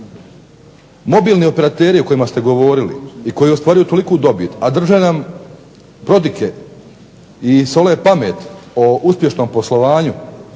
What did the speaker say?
mobilni operateri o kojima ste govorili, i koji ostvaruju toliku dobit, a drže nam prodike i sole pamet o uspješnom poslovanju